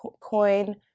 Coin